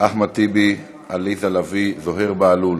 אחמד טיבי, עליזה לביא, זוהיר בהלול,